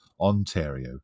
ontario